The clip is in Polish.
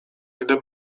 gdy